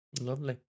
Lovely